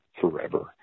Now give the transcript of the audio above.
forever